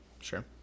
Sure